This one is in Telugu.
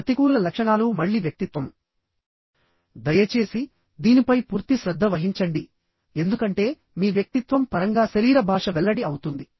ప్రతికూల లక్షణాలు మళ్ళీ వ్యక్తిత్వం దయచేసి దీనిపై పూర్తి శ్రద్ధ వహించండి ఎందుకంటే మీ వ్యక్తిత్వం పరంగా శరీర భాష వెల్లడి అవుతుంది